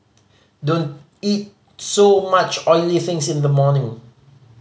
don't eat so much oily things in the morning